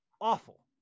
awful